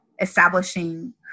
establishing